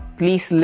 please